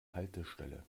haltestelle